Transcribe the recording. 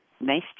nice